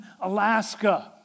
Alaska